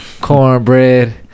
cornbread